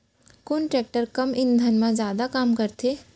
कोन टेकटर कम ईंधन मा जादा काम करथे?